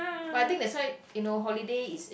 but I think that's why you know holiday is